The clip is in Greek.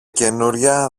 καινούρια